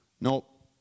Nope